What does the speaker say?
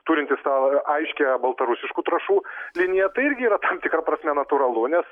turintys savo aiškią baltarusiškų trąšų liniją tai irgi yra tam tikra prasme natūralu nes